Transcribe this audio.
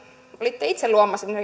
olitte itse luomassa